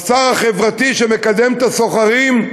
השר החברתי שמקדם את הסוחרים,